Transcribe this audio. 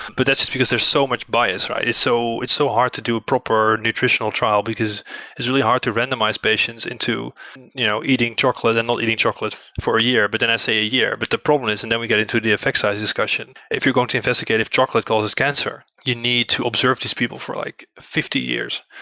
but that's just because there's so much bias, right? it's so it's so hard to do a proper nutritional trial, because it's really hard to randomize patients into you know eating chocolate and not eating chocolate for a year, but then i say a year. but the problem is and then we get into the effect size discussion, if you're going to investigate if chocolate causes cancer, you need to observe these people for like fifty years.